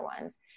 ones